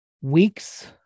weeks